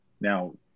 now